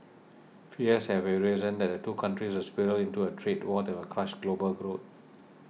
fears have arisen that the two countries will spiral into a trade war that will crush global growth